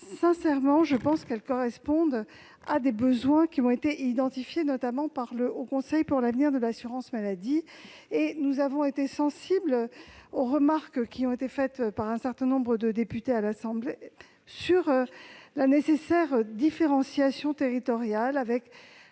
sincèrement qu'elles correspondent à des besoins bien identifiés, notamment par le Haut Conseil pour l'avenir de l'assurance maladie. Nous avons été sensibles aux remarques qui ont été faites par un certain nombre de députés à l'Assemblée nationale sur la nécessaire différenciation territoriale et